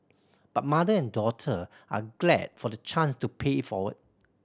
but mother and daughter are glad for the chance to pay it forward